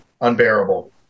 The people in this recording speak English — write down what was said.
unbearable